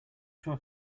sure